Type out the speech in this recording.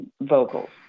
vocals